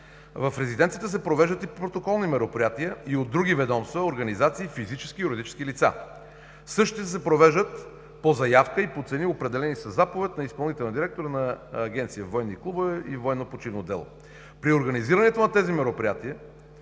В резиденцията се провеждат и протоколни мероприятия и от други ведомства, организации, физически и юридически лица. Същите се провеждат по заявка и по цени, определени със заповед на изпълнителния директор на Агенция „Военни клубове и военно-почивно дело“. При организирането на тези мероприятия